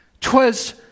twas